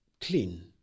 clean